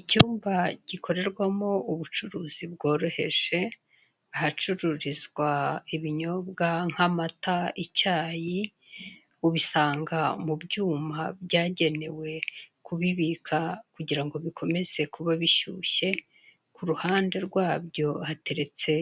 Icyumba gikorerwamo ubucuruzi bworoheje, ahacururizwa ibinyobwa nk'amata, icyayi ubisanga mu byuma byagenewe kubibika kugirango bikomeze kuba bishyushye. Kuruhande rwabyo hateretse